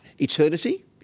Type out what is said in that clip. Eternity